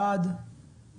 הצבעה סעיף 14 כה אושר.